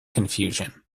confusion